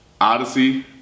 Odyssey